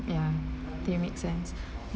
ya they make sense